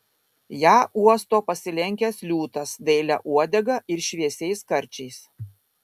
ją uosto pasilenkęs liūtas dailia uodega ir šviesiais karčiais